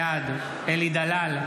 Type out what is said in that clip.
בעד אלי דלל,